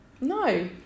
No